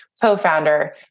co-founder